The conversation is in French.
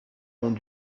ont